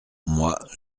moi